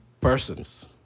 persons